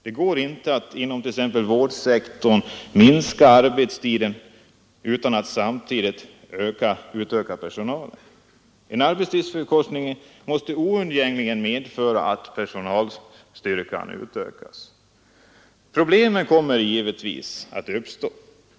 Det går t.ex. inom vårdsektorn inte att minska arbetstiden utan att samtidigt utöka personalen. En arbetstidsförkortning måste oundgängligen medföra att personalstyrkan utökas. Problem kommer givetvis att uppstå.